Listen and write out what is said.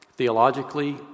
Theologically